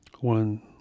one